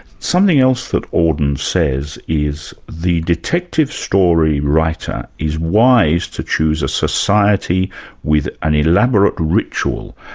something else that auden says is the detective story writer is wise to choose a society with an elaborate ritual,